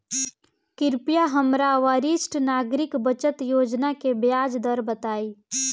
कृपया हमरा वरिष्ठ नागरिक बचत योजना के ब्याज दर बताई